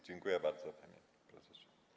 Dziękuję bardzo, panie prezesie.